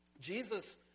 Jesus